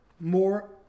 more